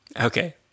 Okay